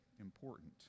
important